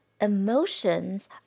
emotions